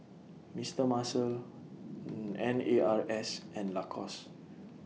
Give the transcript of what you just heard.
Mister Muscle N A R S and Lacoste